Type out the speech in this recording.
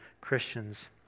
Christians